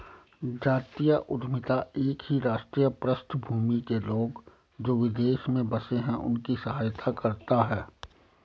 जातीय उद्यमिता एक ही राष्ट्रीय पृष्ठभूमि के लोग, जो विदेश में बसे हैं उनकी सहायता करता है